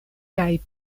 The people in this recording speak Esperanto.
kaj